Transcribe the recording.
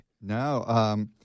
No